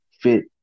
fit